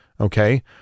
okay